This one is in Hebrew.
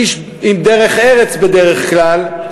איש עם דרך ארץ בדרך כלל,